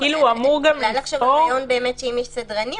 אולי לחשוב על רעיון שאם יש סדרנים,